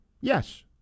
Yes